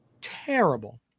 Terrible